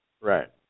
Right